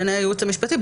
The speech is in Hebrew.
בעיני הייעוץ המשפטי,